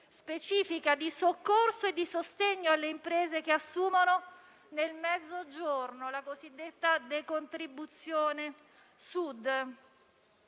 femminile e il soccorso e il sostegno alle imprese che assumono nel Mezzogiorno, la cosiddetta Decontribuzione Sud.